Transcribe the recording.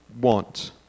want